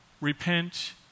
repent